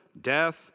death